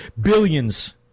billions